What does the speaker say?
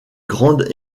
grandes